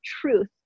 truth